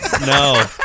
No